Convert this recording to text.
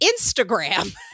instagram